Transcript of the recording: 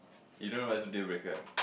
you don't know what is deal breaker